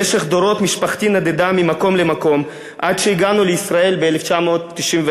במשך דורות משפחתי נדדה ממקום למקום עד שהגענו לישראל ב-1991,